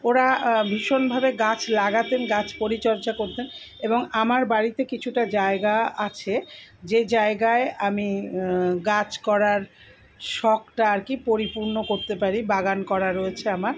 ওরা ভীষণভাবে গাছ লাগাতেন গাছ পরিচর্যা করতেন এবং আমার বাড়িতে কিছুটা জায়গা আছে যে জায়গায় আমি গাছ করার শখটা আর কি পরিপুর্ণ করতে পারি বাগান করা রয়েছে আমার